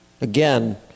Again